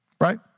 Right